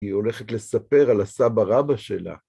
היא הולכת לספר על הסבא רבא שלה.